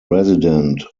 resident